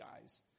guys